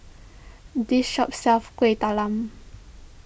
this shop sells Kueh Talam